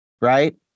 right